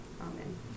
Amen